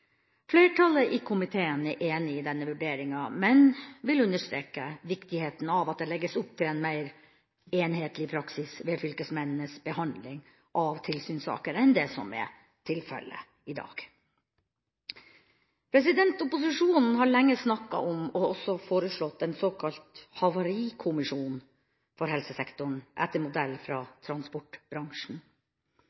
Flertallet i komiteen er enig i denne vurderinga, men vil understreke viktigheten av at det legges opp til en mer enhetlig praksis ved fylkesmennenes behandling av tilsynssaker enn det som er tilfellet i dag. Opposisjonen har lenge snakka om, og også foreslått, en såkalt havarikommisjon for helsesektoren, etter modell fra